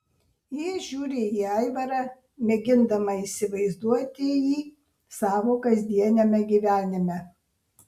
ji žiūri į aivarą mėgindama įsivaizduoti jį savo kasdieniame gyvenime